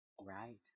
Right